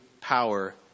power